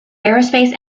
aerospace